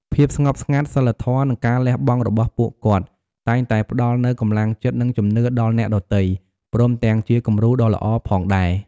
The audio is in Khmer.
ភាពស្ងប់ស្ងាត់ សីលធម៌ និងការលះបង់របស់ពួកគាត់ តែងតែផ្ដល់នូវកម្លាំងចិត្ត និងជំនឿដល់អ្នកដទៃ ព្រមទាំងជាគំរូដ៏ល្អផងដែរ។